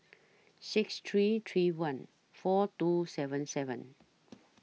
six three three one four two seven seven